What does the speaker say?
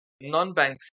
Non-bank